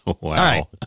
Wow